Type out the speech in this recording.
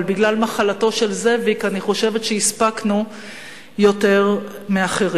אבל בגלל מחלתו של זאביק אני חושבת שהספקנו יותר מאחרים.